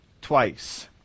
twice